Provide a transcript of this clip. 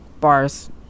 Bars